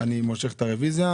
אני מושך את הרוויזיה,